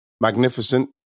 magnificent